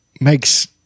makes